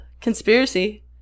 conspiracy